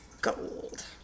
gold